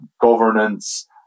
governance